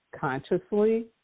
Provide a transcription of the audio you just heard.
consciously